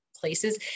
places